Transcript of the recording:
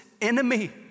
enemy